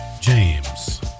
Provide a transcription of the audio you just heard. James